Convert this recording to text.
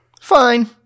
Fine